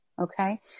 okay